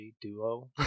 duo